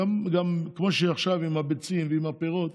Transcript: כמו עכשיו עם הביצים ועם הפירות: